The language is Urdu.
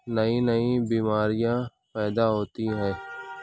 نئی نئی بیماریاں پیدا ہوتی ہیں